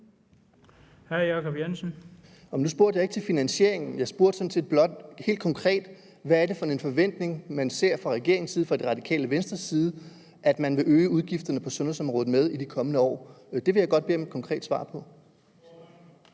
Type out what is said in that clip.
14:01 Jacob Jensen (V): Nu spurgte jeg ikke til finansieringen, jeg spurgte sådan set blot helt konkret, hvad det er for en forventning, man ser fra regeringens side, fra Det Radikale Venstres side, i og med at man vil øge udgifterne på sundhedsområdet i de kommende år. Det vil jeg godt bede om et konkret svar på.